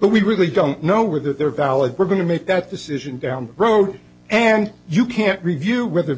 but we really don't know whether they're valid we're going to make that decision down the road and you can't review whether